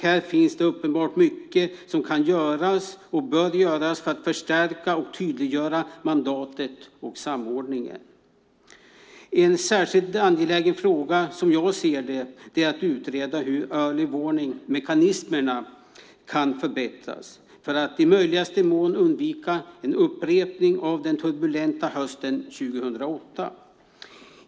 Här finns det uppenbart mycket som kan och bör göras för att förstärka och tydliggöra mandatet och samordningen. En särskilt angelägen fråga, som jag ser det, är att utreda hur early warning-mekanismerna kan förbättras för att i möjligaste mån undvika en upprepning av det som hände den turbulenta hösten 2008.